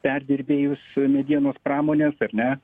perdirbėjus medienos pramonės ar ne